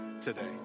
today